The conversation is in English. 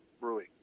brewing